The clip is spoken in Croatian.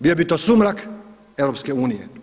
Bio bi to sumrak EU.